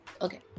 okay